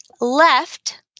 left